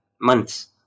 months